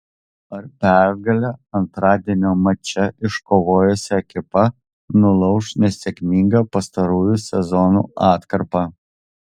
ar pergalę antradienio mače iškovojusi ekipa nulauš nesėkmingą pastarųjų sezonų atkarpą